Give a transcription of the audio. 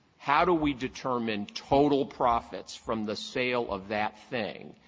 how do we determine total profits from the sale of that thing?